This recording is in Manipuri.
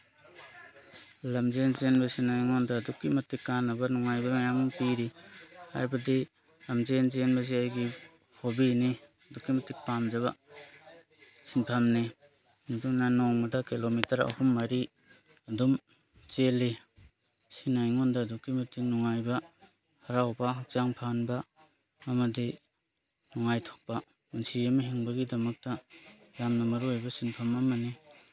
ꯂꯝꯖꯦꯟ ꯆꯦꯟꯕꯁꯤꯗꯅ ꯑꯩꯉꯣꯟꯗ ꯑꯗꯨꯛꯀꯤ ꯃꯇꯤꯛ ꯀꯥꯟꯅꯕ ꯅꯨꯡꯉꯥꯏꯕ ꯃꯌꯥꯝ ꯑꯃ ꯄꯤꯔꯤ ꯍꯥꯏꯕꯗꯤ ꯂꯝꯖꯦꯟ ꯆꯦꯟꯕꯁꯦ ꯑꯩꯒꯤ ꯍꯣꯕꯤꯅꯤ ꯑꯗꯨꯛꯀꯤ ꯃꯇꯤꯛ ꯄꯥꯝꯖꯕ ꯁꯤꯟꯐꯝꯅꯤ ꯑꯗꯨꯅ ꯅꯣꯡꯃꯗ ꯀꯤꯂꯣꯃꯤꯇꯔ ꯑꯍꯨꯝ ꯃꯔꯤ ꯑꯗꯨꯝ ꯆꯦꯜꯂꯤ ꯁꯤꯅ ꯑꯩꯉꯣꯟꯗ ꯑꯗꯨꯛꯀꯤ ꯃꯇꯤꯛ ꯅꯨꯡꯉꯥꯏꯕ ꯍꯔꯥꯎꯕ ꯍꯛꯆꯥꯡ ꯐꯍꯟꯕ ꯑꯃꯗꯤ ꯅꯨꯡꯉꯥꯏꯊꯣꯛꯄ ꯄꯨꯟꯁꯤ ꯑꯃ ꯍꯤꯡꯕꯒꯤꯗꯃꯛꯇ ꯌꯥꯝꯅ ꯃꯔꯨꯑꯣꯏꯕ ꯁꯤꯟꯐꯝ ꯑꯃꯅꯤ